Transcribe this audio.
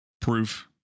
proof